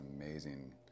amazing